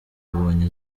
yabonye